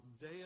Day